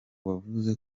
wavuze